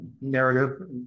narrative